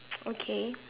okay